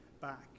back